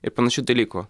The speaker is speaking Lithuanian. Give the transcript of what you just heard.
ir panašių dalykų